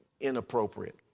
inappropriate